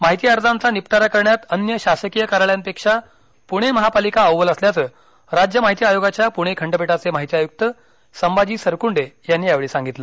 माहिती अर्जांचा निपटारा करण्यात अन्य शासकीय कार्यालयांपेक्षा पुणे महापालिका अव्वल असल्याचं राज्य माहिती आयोगाच्या प्णे खंडपीठाचे माहिती आयुक्त संभाजी सरकूंडे यांनी यावेळी सांगितलं